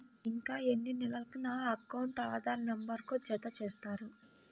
ఇంకా ఎన్ని నెలలక నా అకౌంట్కు ఆధార్ నంబర్ను జత చేస్తారు?